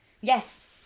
Yes